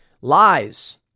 Lies